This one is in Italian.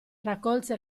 raccolse